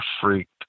freaked